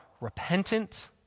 repentant